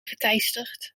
geteisterd